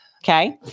Okay